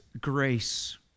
grace